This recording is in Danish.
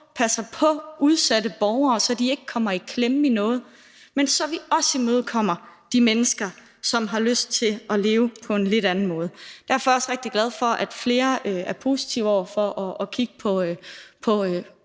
passer på udsatte borgere, så de ikke kommer i klemme i noget, men så vi også imødekommer de mennesker, som har lyst til at leve på en lidt anden måde. Derfor er jeg også rigtig glad for, at flere er positive over for at kigge på,